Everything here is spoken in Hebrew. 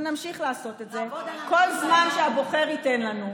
ונמשיך לעשות את זה כל זמן שהבוחר ייתן לנו,